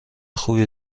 خوبی